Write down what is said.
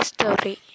Story